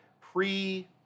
Pre